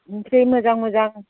ओमफ्राय मोजां मोजां